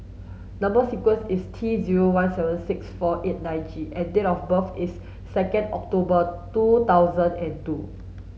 number sequence is T zero one seven six four eight nine G and date of birth is second October two thousand and two